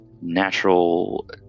natural